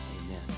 amen